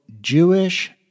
Jewish